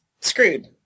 screwed